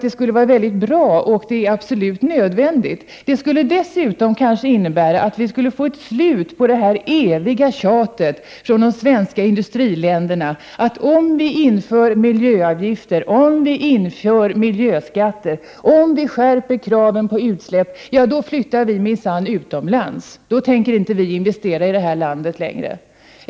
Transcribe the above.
Det skulle vara mycket bra, eftersom det är absolut nödvändigt. Dessutom skulle det kanske innebära att vi finge ett slut på det eviga tjatet från den svenska industrins sida, att om vi inför miljöavgifter, miljöskatter och skärper kraven på utsläpp, ja då flyttar industrin minsann utomlands, då tänker industrin inte investera i det här landet längre.